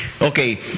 Okay